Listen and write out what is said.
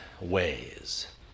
ways